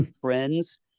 friends